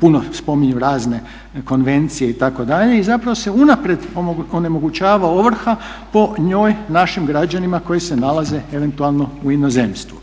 puno spominju razne konvencije itd. i zapravo se unaprijed onemogućava ovrha po njoj našim građanima koji se nalaze eventualno u inozemstvu.